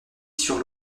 sur